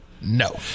No